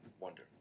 wonder